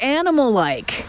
animal-like